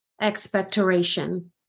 expectoration